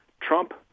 Trump